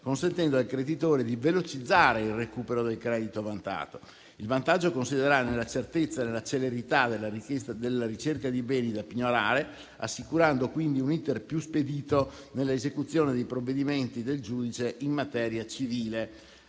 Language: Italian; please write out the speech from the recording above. consentendo al creditore di velocizzare il recupero del credito vantato. Il vantaggio consisterà nella certezza e nella celerità della ricerca di beni da pignorare, assicurando quindi un *iter* più spedito nelle esecuzioni dei provvedimenti del giudice in materia civile.